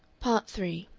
part three